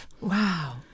Wow